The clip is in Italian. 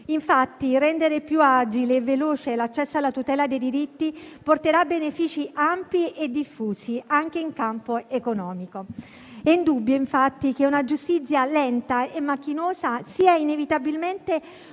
italiana. Rendere più agile e veloce l'accesso alla tutela dei diritti porterà benefici ampi e diffusi anche in campo economico. È indubbio, infatti, che una giustizia lenta e macchinosa sia inevitabilmente un